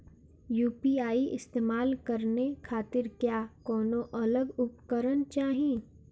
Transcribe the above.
UPI इस्तेमाल करने खातिर क्या कौनो अलग उपकरण चाहीं?